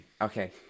Okay